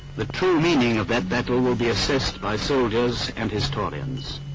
the true meaning of that battle will be assessed by soldiers and historians.